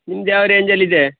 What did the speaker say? ನಿಮ್ದು ಯಾವ ರೇಂಜಲ್ಲಿ ಇದೆ